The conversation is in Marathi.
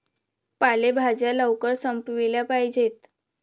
पालेभाज्या लवकर संपविल्या पाहिजेत